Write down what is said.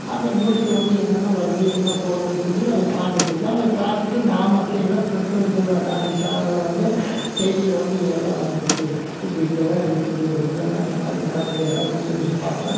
அந்த நியூஸ் வந்து என்னென்ன வருகுது என்னென்ன போகுதுனு சொல்லி அது பார்த்துட்ருப்பேன் அது பார்த்துட்டு நான் மட்டும் இல்லை சேனலில் வந்து செய்தியில் வந்து இதெல்லாம் வந்துச்சு இப்படி இப்படி எல்லாம் இருக்குது இதெல்லாம் இந்த மாதிரி நடக்குது அப்படினு சொல்லிட்டு பார்ப்பேன்